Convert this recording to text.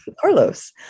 carlos